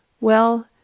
Well